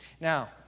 Now